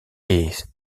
est